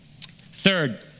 Third